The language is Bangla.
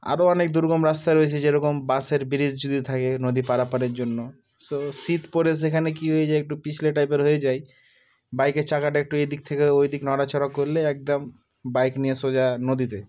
আরও অনেক দুর্গম রাস্তা রয়েছে যেরকম বাসের ব্রিজ যদি থাকে নদী পারাপারের জন্য সো শীত পরে সেখানে কী হয়ে যায় একটু পিছল টাইপের হয়ে যায় বাইকের চাকাটা একটু এদিক থেকে ওদিক নড়াছড়া করলে একদম বাইক নিয়ে সোজা নদীতে